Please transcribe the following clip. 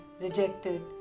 rejected